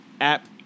App